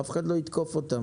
אף אחד לא יתקוף אותם,